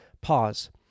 pause